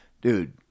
Dude